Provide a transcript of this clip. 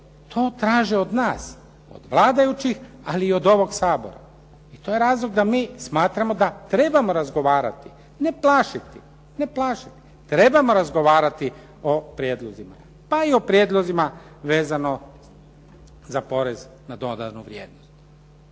To traže od nas, od vladajućih ali i od ovog Sabora i to je razlog da mi smatramo da trebamo razgovarati ne plašiti, ne plašiti. Trebamo razgovarati o prijedlozima, pa i o prijedlozima vezano za porez na dodanu vrijednost.